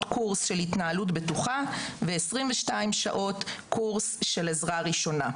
קורס של התנהלות בטוחה ו-22 שעות קורס של עזרה ראשונה.